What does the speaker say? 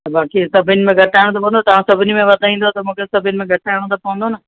बाक़ी सभिनि में घटाइणो त पवंदो तव्हां सभिनी में वधाईंदो त मूंखे सभिनि में घटाइणो त पवंदो न